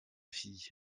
fie